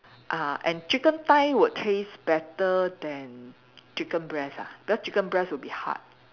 uh and chicken thigh would taste better than chicken breast ah because chicken breast will be hard